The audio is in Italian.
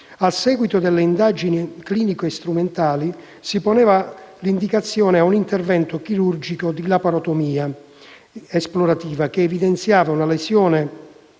A seguito delle indagini clinico strumentali si poneva l'indicazione a un intervento chirurgico di laparotomia esplorativa che evidenziava una lesione